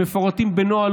הם מפורטים בנוהל,